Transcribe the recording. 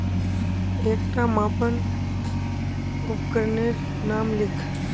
एकटा मापन उपकरनेर नाम लिख?